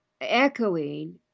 echoing